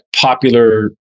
popular